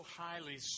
highly